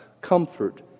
Comfort